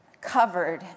covered